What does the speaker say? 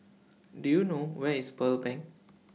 Do YOU know Where IS Pearl Bank